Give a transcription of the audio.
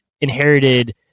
inherited